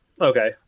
Okay